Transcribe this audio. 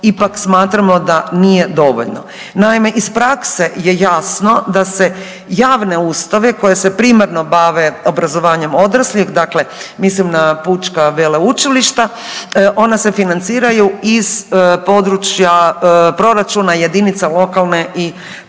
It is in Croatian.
ipak smatramo da nije dovoljno. Naime, iz prakse je jasno da se javne ustanove koje se primarno bave obrazovanjem odraslih, dakle mislim na pučka veleučilišta ona se financiraju iz područja proračuna jedinica lokalne i područne